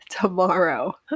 tomorrow